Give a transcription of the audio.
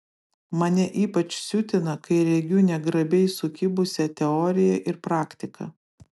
mane ypač siutina kai regiu negrabiai sukibusią teoriją ir praktiką